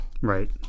Right